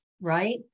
right